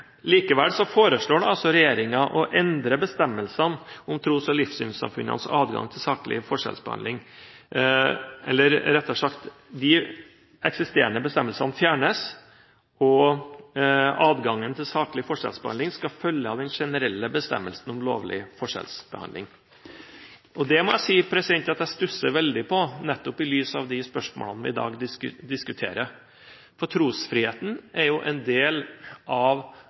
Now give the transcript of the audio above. Likevel foreslår altså regjeringen å endre bestemmelsene om tros- og livssynssamfunnenes adgang til saklig forskjellsbehandling, eller – rettere sagt – de eksisterende bestemmelsene fjernes, og adgangen til saklig forskjellsbehandling skal følge av den generelle bestemmelsen om lovlig forskjellsbehandling. Det får meg til å stusse – nettopp i lys av de spørsmålene vi i dag diskuterer – for trosfriheten er jo en del av